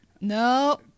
No